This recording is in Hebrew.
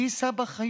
מי יישא באחריות?